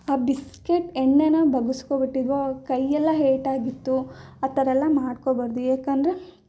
ಆ ಬಿಸ್ಕೆಟ್ ಎಣ್ಣೆನ ಬಗ್ಗಿಸ್ಕೊಂಡ್ಬಿಟ್ಟಿದ್ವೋ ಕೈಯ್ಯೆಲ್ಲ ಏಟಾಗಿತ್ತು ಆ ಥರ ಎಲ್ಲ ಮಾಡ್ಕೊಳ್ಬಾರ್ದು ಏಕೆಂದ್ರೆ